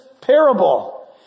parable